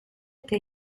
che